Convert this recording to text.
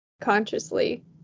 consciously